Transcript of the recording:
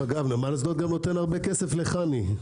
אגב נמל אשדוד נותן גם הרבה כסף לחנ"י.